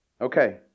Okay